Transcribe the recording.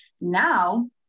Now